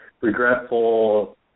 regretful